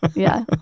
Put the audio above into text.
yeah